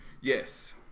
Yes